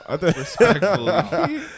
Respectfully